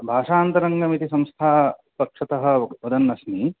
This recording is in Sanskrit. भाषान्तरङ्गमिति संस्थापक्षतः वदन् अस्मि